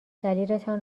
دلیلتان